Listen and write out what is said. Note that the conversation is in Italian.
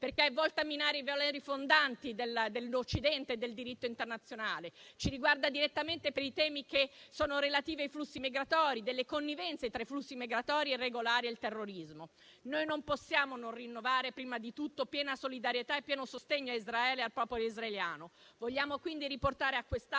perché è volto a minare i valori fondanti dell'Occidente e del diritto internazionale. Ci riguarda direttamente per i temi che sono relativi ai flussi migratori, delle connivenze tra i flussi migratori irregolari e il terrorismo. Noi non possiamo non rinnovare prima di tutto piena solidarietà e pieno sostegno a Israele e al popolo israeliano.